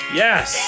yes